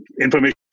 information